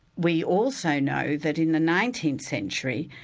we also know that in the nineteenth century,